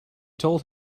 told